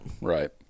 Right